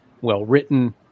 well-written